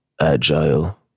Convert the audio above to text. agile